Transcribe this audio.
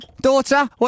daughter